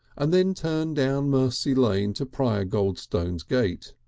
and then turn down mercery lane to prior goldstone's gate.